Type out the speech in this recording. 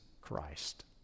Christ